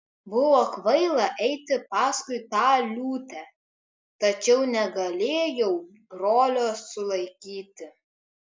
buvo kvaila eiti paskui tą liūtę tačiau negalėjau brolio sulaikyti